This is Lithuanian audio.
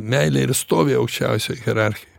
meilė ir stovi aukščiausioj hierarchijoj